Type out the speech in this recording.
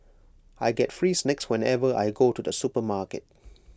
I get free snacks whenever I go to the supermarket